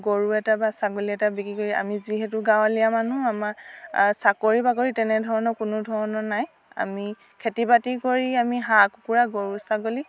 গৰু এটা বা ছাগলী এটা বিক্ৰী কৰি আমি যিহেতু গাঁৱলীয়া মানুহ আমাৰ চাকৰি বাকৰি তেনেধৰণৰ কোনো ধৰণৰ নাই আমি খেতি বাতি কৰি আমি হাঁহ কুকুৰা গৰু ছাগলী